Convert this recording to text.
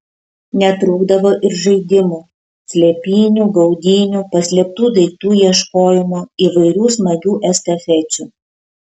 netrūkdavo ir žaidimų slėpynių gaudynių paslėptų daiktų ieškojimo įvairių smagių estafečių